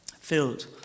Filled